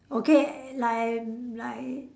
okay like like